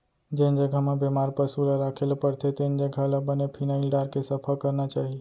जेन जघा म बेमार पसु ल राखे ल परथे तेन जघा ल बने फिनाइल डारके सफा करना चाही